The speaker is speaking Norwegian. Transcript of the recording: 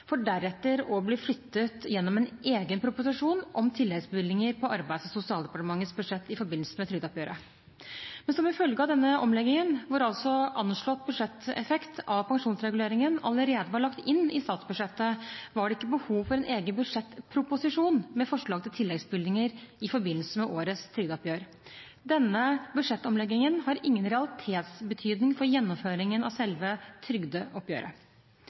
for deretter å bli flyttet, gjennom en egen proposisjon om tilleggsbevilgninger på Arbeids- og sosialdepartementets budsjett i forbindelse med trygdeoppgjøret. Som en følge av denne omleggingen, hvor altså anslått budsjetteffekt av pensjonsreguleringen allerede var lagt inn i statsbudsjettet, var det ikke behov for en egen budsjettproposisjon med forslag til tilleggsbevilgninger i forbindelse med årets trygdeoppgjør. Denne budsjettomleggingen har ingen realitetsbetydning for gjennomføringen av selve trygdeoppgjøret.